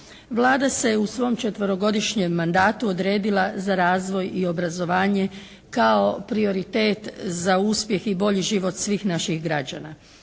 Vlada se u svom četverogodišnjem mandatu odredila za razvoj i obrazovanje kao prioritet za uspjeh i bolji život svih naših građana.